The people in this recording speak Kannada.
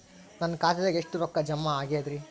ನನ್ನ ಖಾತೆದಾಗ ಎಷ್ಟ ರೊಕ್ಕಾ ಜಮಾ ಆಗೇದ್ರಿ?